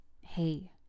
Hey